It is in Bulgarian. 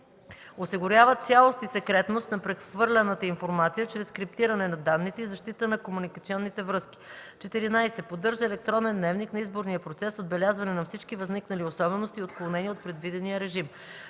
осигурява цялост и секретност на прехвърляната информация чрез криптиране на данните и защита на комуникационните връзки; 14. поддържа електронен дневник на изборния процес с отбелязване на всички възникнали особености и отклонения от предвидения режим;